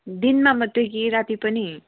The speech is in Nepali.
दिनमा मात्रै कि राति पनि